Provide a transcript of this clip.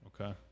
okay